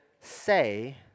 say